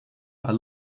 are